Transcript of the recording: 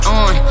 on